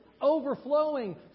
overflowing